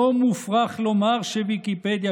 לא מופרך לומר שוויקיפדיה,